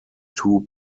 two